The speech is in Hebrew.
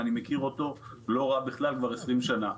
ואני מכיר אותו לא רע בכלל כבר 20 שנים.